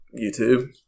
youtube